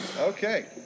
Okay